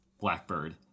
Blackbird